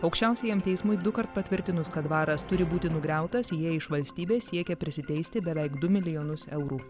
aukščiausiajam teismui dukart patvirtinus kad dvaras turi būti nugriautas jie iš valstybės siekia prisiteisti beveik du milijonus eurų